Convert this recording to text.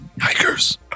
hikers